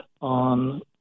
on